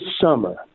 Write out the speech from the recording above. summer